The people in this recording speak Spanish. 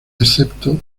excepto